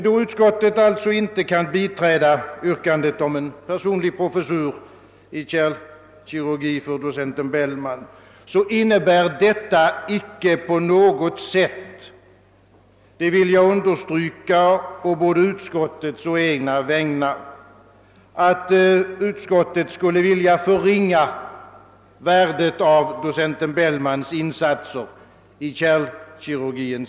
” Då utskottet alltså inte kan biträda yrkandet om en personlig professur i kärlkirurgi för docent Bellman, innebär detta icke på något sätt — det vill jag understryka å både utskottets och egna vägnar — att man förringar värdet av docent Bellmans insatser inom kärlkirurgin.